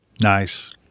Nice